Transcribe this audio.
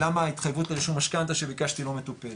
למה ההתחייבות למשכנתא שביקשתי לא מטופלת,